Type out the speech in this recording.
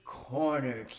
corner